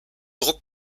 druck